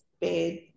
bed